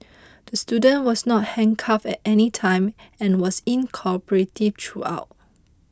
the student was not handcuffed at any time and was in cooperative throughout